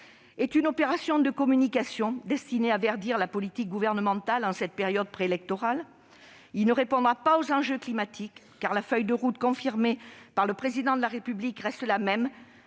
est une opération de communication destinée à verdir la politique gouvernementale en cette période préélectorale. Il ne répondra pas aux enjeux climatiques, car la feuille de route confirmée par le Président de la République reste la même,